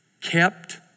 kept